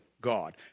God